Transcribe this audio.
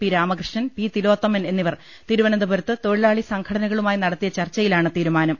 P Ramakrishnan P Thilothaman എന്നിവർ തിരുവ നന്തപുരത്ത് തൊഴിലാളി സംഘടനകളുമായി നടത്തിയ ചർച്ച യിലാണ് തീരുമാനം